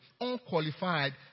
unqualified